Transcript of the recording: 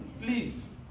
Please